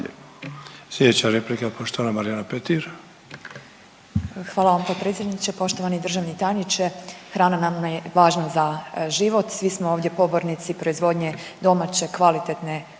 Marijana Petir. **Petir, Marijana (Nezavisni)** Hvala vam potpredsjedniče. Poštovani državni tajniče, hrana nam je važna za život, svi smo ovdje pobornici proizvodnje domaće kvalitetne